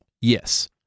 Yes